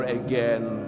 again